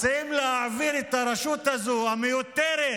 מציעים להעביר את הרשות הזו, המיותרת,